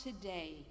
today